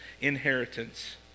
inheritance